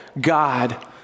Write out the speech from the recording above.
God